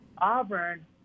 Auburn